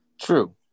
True